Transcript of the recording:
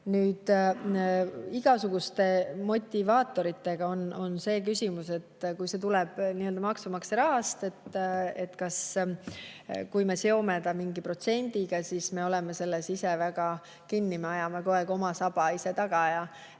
Igasuguste motivaatoritega on see küsimus, et kui see tuleb nii-öelda maksumaksja rahast ja kui me seome selle mingi protsendiga, siis me oleme selles ise väga kinni, me ajame kogu aeg ise oma saba taga ja